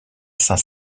saint